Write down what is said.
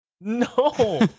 no